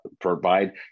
provide